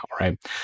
right